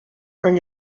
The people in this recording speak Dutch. kan